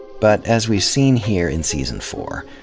but as we've seen here in season four,